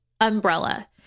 umbrella